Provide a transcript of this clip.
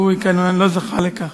אורי כמובן לא זכה לכך,